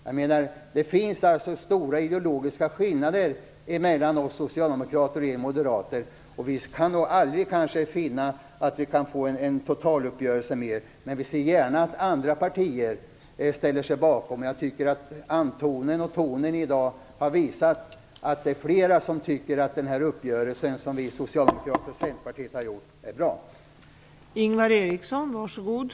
Jag menar det finns stora ideologiska skillnader mellan oss socialdemokrater och er moderater, och vi kan nog aldrig få en totaluppgörelse med er. Men vi ser gärna att andra partier ställer sig bakom. Jag tycker att tonen i dag har visat att det är fler som tycker att den uppgörelse som vi socialdemokrater och centerpartister har träffat är bra.